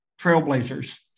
trailblazers